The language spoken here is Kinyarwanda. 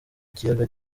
ikiyaga